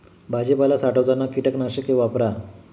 भाजीपाला साठवताना कीटकनाशके वापरा